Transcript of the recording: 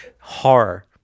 horror